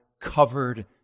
covered